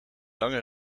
lange